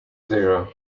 zero